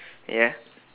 ya